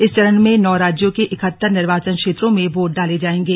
इस चरण में नौ राज्यों के इकहत्तर निर्वाचन क्षेत्रों में वोट डाले जाएंगे